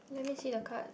let me see the card